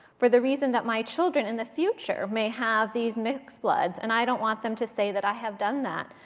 for the reason that my children in the future may have these mixed bloods, and i don't want them to say that i have done that,